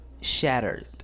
shattered